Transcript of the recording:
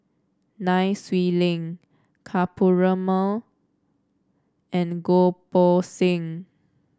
Nai Swee Leng Ka Perumal and Goh Poh Seng